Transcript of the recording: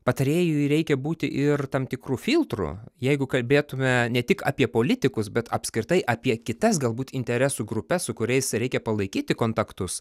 patarėjui reikia būti ir tam tikru filtru jeigu kalbėtume ne tik apie politikus bet apskritai apie kitas galbūt interesų grupes su kuriais reikia palaikyti kontaktus